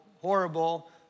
horrible